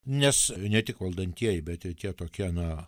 nes ne tik valdantieji bet ir tie tokie na